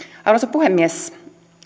puhemies